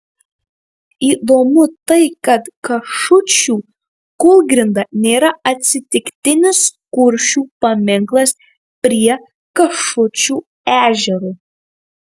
įdomu tai kad kašučių kūlgrinda nėra atsitiktinis kuršių paminklas prie kašučių ežero